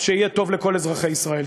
שיהיה טוב לכל אזרחי ישראל.